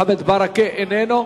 חבר הכנסת מוחמד ברכה אינו נוכח.